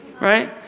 Right